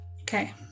Okay